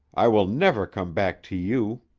i will never come back to you.